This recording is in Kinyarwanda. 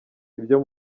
ibyo